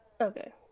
Okay